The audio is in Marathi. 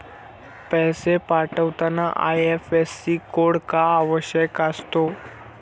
पैसे पाठवताना आय.एफ.एस.सी कोड का आवश्यक असतो?